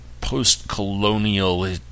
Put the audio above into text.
post-colonial